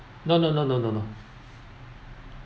no no no no no no